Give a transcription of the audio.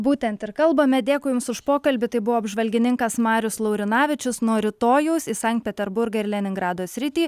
būtent ir kalbame dėkui jums už pokalbį tai buvo apžvalgininkas marius laurinavičius nuo rytojaus į sankt peterburgą ir leningrado sritį